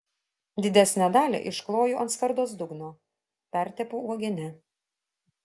didesnę dalį iškloju ant skardos dugno pertepu uogiene